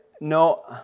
No